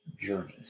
journeys